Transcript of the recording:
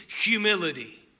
humility